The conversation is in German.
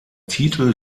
titel